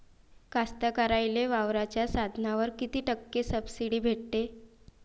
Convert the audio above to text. कास्तकाराइले वावराच्या साधनावर कीती टक्के सब्सिडी भेटते?